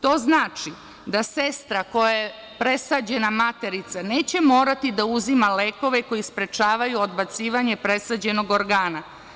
To znači da sestra kojoj je presađena materica neće morati da uzima lekove koji sprečavaju odbacivanje presađenog organa.